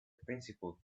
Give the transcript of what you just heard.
principle